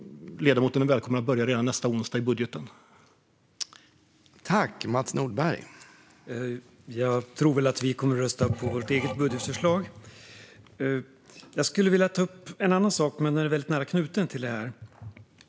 Ledamoten är välkommen att börja redan nästa onsdag i samband med budgeten.